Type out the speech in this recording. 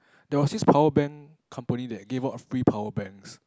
there was this power bank company that give out free power banks